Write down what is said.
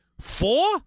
Four